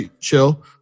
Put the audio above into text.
chill